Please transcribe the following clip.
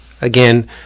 again